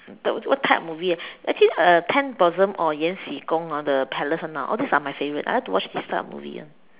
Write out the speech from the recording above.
t~ what type of movie actually eh actually uh ten blossom or 延禧攻 hor the palace one ah all these are my favourite I like to watch these type of movie [one]